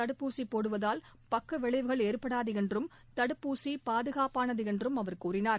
தடுப்பூசி போடுவதால் பக்க விளைவுகள் ஏற்படாது என்றும் தடுப்பூசி பாதுகாப்பானது என்றும் அவர் கூறினார்